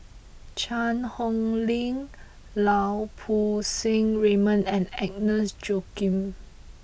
Cheang Hong Lim Lau Poo Seng Raymond and Agnes Joaquim